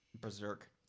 Berserk